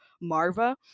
Marva